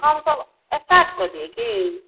हमसब स्टार्ट कऽ दिअ की